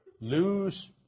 Lose